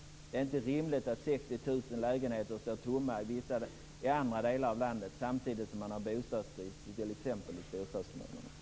Det är inte rimligt att 60 000 lägenheter står tomma i andra delar av landet samtidigt som man har bostadsbrist i t.ex. storstadskommunerna.